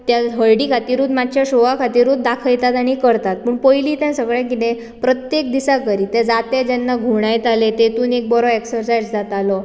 ते हळदी खातीरच मातशे शोआ खातीरूच दाखयतात आनी करतात पूण पयलीं तें सगळें कितें प्रत्येक दिसा करी तें दातें जेन्ना घुंवडायताले तातूंत एक बरो एक्सर्सायज जातालो